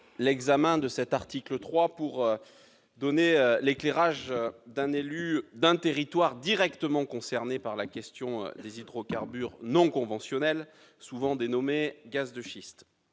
l'examen de cet article 3 pour donner l'éclairage d'un élu d'un territoire directement concerné par la question des hydrocarbures non conventionnels, souvent dénommés gaz de schiste.